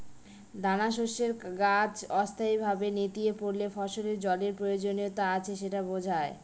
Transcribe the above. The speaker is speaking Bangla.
দানাশস্যের গাছ অস্থায়ীভাবে নেতিয়ে পড়লে ফসলের জলের প্রয়োজনীয়তা আছে সেটা বোঝায়